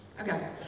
Okay